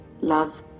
love